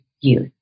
youth